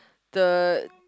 the